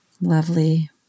Lovely